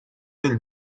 del